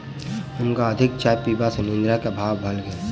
हुनका अधिक चाय पीबा सॅ निद्रा के अभाव भ गेल